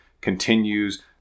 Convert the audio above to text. continues